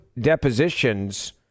depositions